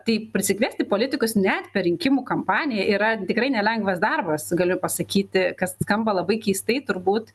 tai prisikviesti politikus net per rinkimų kampaniją yra tikrai nelengvas darbas galiu pasakyti kas skamba labai keistai turbūt